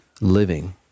living